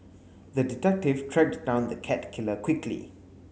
the detective tracked down the cat killer quickly